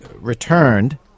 returned